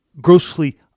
grossly